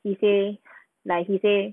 he said like he said